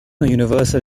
universal